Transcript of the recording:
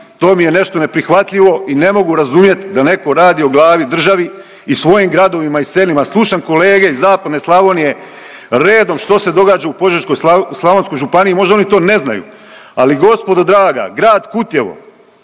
To mi je nešto neprihvatljivo i ne mogu razumjet da netko radi o glavi državi i svojim gradovima i selima. Slušam kolege iz zapadne Slavonije redom što se događa u Požeško-slavonskoj županiji, možda oni to ne znaju ali gospodo draga grad Kutjevo,